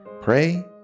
pray